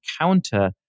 counter